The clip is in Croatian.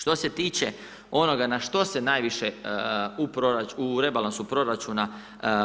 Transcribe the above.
Što se tiče onoga na što se najviše u rebalansu proračuna